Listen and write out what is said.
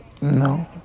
No